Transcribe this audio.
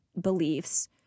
beliefs